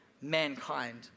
mankind